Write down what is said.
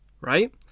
right